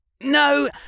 No